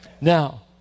Now